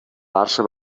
barça